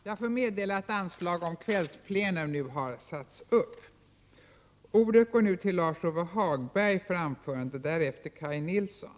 Jag får meddela att anslag nu har satts upp om att detta sammanträde skall fortsätta efter kl. 19.00.